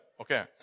Okay